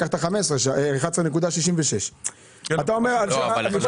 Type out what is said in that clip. לקחת 11.66. לא.